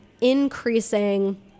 increasing